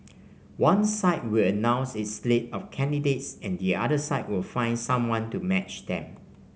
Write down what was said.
one side will announce its slate of candidates and the other side will find someone to match them